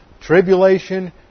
Tribulation